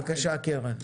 בבקשה, קרן.